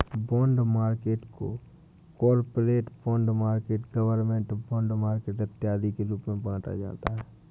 bond market को corporate bond market government bond market इत्यादि के रूप में बांटा जाता है